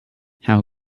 how